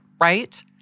right